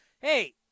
hey